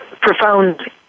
profound